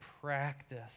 practice